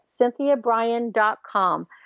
CynthiaBryan.com